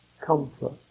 comfort